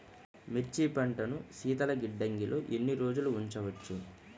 మిర్చి పంటను శీతల గిడ్డంగిలో ఎన్ని రోజులు ఉంచవచ్చు?